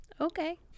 okay